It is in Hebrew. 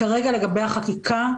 כרגע לגבי החקיקה,